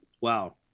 Wow